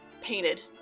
painted